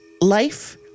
life-